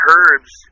Herb's